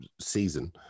season